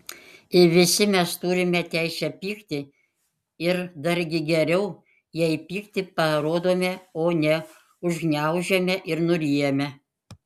visi mes turime teisę pykti ir dargi geriau jei pyktį parodome o ne užgniaužiame ir nuryjame